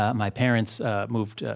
ah my parents moved,